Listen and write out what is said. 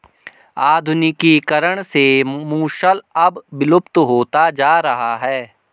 आधुनिकीकरण से मूसल अब विलुप्त होता जा रहा है